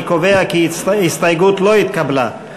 אני קובע כי ההסתייגות לא התקבלה.